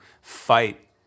fight